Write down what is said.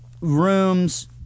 rooms